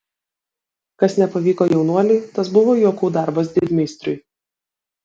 kas nepavyko jaunuoliui tas buvo juokų darbas didmeistriui